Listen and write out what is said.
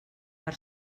per